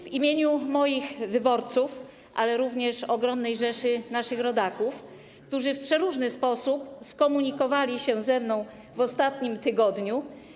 W imieniu moich wyborców, ale również ogromnej rzeszy naszych rodaków, którzy w przeróżny sposób skomunikowali się ze mną w ostatnim tygodniu.